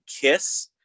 Kiss